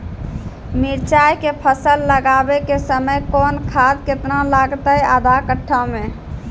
मिरचाय के फसल लगाबै के समय कौन खाद केतना लागतै आधा कट्ठा मे?